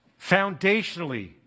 Foundationally